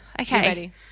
Okay